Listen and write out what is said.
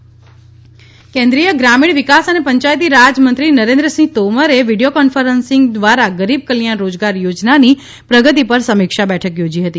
ગરીબ કલ્યાણ યોજના કેન્દ્રીય ગ્રામીણ વિકાસ અને પંચાયતી રાજ મંત્રી નરેન્દ્રસિંહ તોમારે વીડિયો કોન્ફરન્સિંગ દ્વારા ગરીબ કલ્યાણ રોજગાર યોજનાની પ્રગતિ પર સમીક્ષા બેઠક યોજી હતી